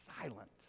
silent